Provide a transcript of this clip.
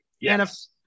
Yes